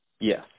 Yes